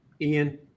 Ian